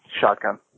shotgun